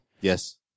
Yes